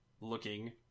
looking